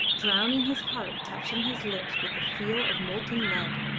drowning his heart, touching his lips with a feel of molten lead,